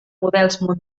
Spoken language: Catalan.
montesa